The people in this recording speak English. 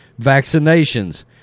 vaccinations